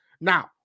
Now